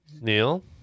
Neil